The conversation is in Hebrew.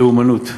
לאומנות.